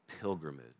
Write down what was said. pilgrimage